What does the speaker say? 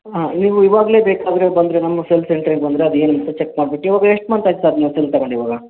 ಹಾಂ ನೀವು ಈವಾಗಲೇ ಬೇಕಾದರೆ ಬಂದರೆ ನಮ್ಮ ಸೆಲ್ ಸೆಂಟ್ರಿಗೆ ಬಂದರೆ ಅದು ಏನಂತ ಚಕ್ ಮಾಡ್ಬಿಟ್ಟು ಇವಾಗ ಎಷ್ಟು ಮಂತ್ ಆಯ್ತು ಸರ್ ನೀವು ಸೆಲ್ ತಗಂಡು ಇವಾಗ